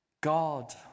God